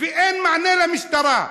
ואין מענה למשטרה.